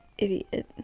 idiot